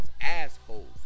Assholes